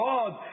God